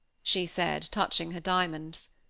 she said, touching her diamonds.